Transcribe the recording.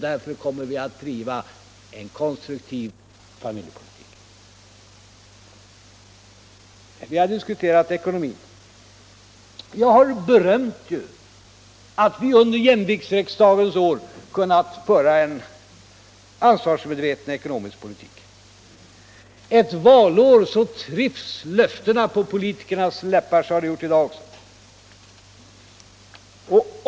Därför kommer vi att driva en konstruktiv familjepolitik. Vi har diskuterat ekonomin. Jag har berömt det faktum att vi under jämviktsriksdagens år har kunnat föra en ansvarsmedveten ekonomisk debatt Allmänpolitisk debatt politik. Ett valår trivs löfterna på politikernas läppar. Så har varit fallet även i dag.